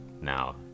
now